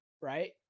right